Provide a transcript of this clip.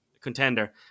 contender